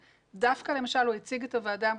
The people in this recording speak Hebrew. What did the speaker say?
דווקא למשל הוא הציג את הוועדה המחוזית,